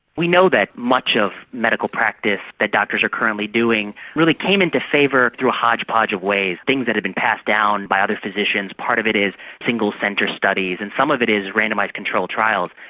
we know that much of medical practice that doctors are currently doing really came into favour through a hodgepodge of ways, things that have been passed down by other physicians, part of it is single centre studies, and some of it is randomised controlled trials.